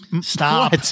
Stop